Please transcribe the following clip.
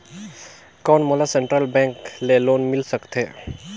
कौन मोला central bank ले लोन मिल सकथे?